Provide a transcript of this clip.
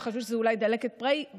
וחשבו שזאת אולי דלקת פרקים.